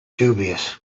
dubious